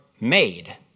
made